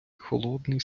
холодний